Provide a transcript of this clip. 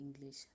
English